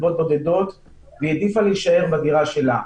בודדות והיא העדיפה להישאר בדירה שלה.